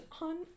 on